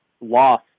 loss